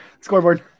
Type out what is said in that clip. scoreboard